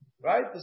Right